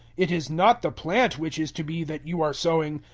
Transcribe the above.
it is not the plant which is to be that you are sowing,